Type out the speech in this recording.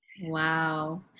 Wow